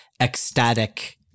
ecstatic